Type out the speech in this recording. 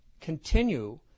continue